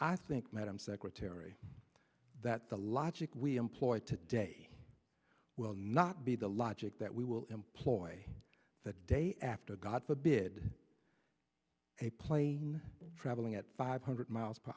i think madam secretary that the logic we employed today will not be the logic that we will employ the day after god forbid a plane traveling at five hundred miles per